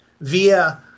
via